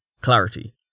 clarity